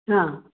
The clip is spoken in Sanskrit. हा